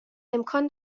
امکان